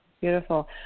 Beautiful